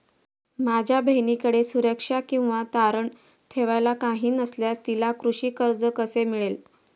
माझ्या बहिणीकडे सुरक्षा किंवा तारण ठेवायला काही नसल्यास तिला कृषी कर्ज कसे मिळेल?